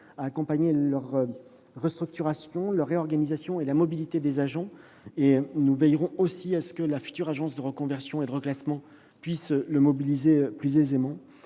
se moderniser, leur restructuration, leur réorganisation et la mobilité de leurs agents. Nous veillerons à ce que la future agence de reconversion et de reclassement puisse le mobiliser plus aisément.